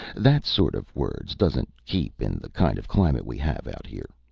that sort of words doesn't keep, in the kind of climate we have out here.